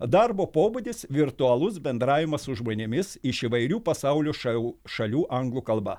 darbo pobūdis virtualus bendravimas su žmonėmis iš įvairių pasaulio šau šalių anglų kalba